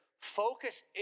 focus